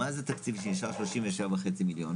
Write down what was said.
מה זה תקציב שנשאר 37.5 מיליון?